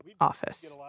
Office